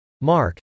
Mark